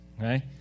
right